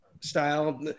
style